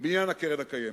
בעניין הקרן הקיימת.